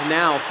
now